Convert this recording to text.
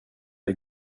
det